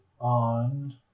on